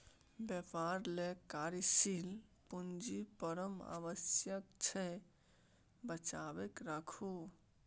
बेपार लेल कार्यशील पूंजी परम आवश्यक छै बचाकेँ राखू